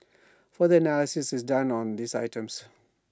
further analysis is done on these items